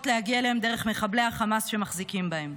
להגיע אליהם דרך מחבלי חמאס שמחזיקים בהם.